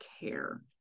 care